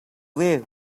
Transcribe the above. way